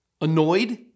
Annoyed